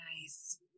Nice